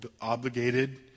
obligated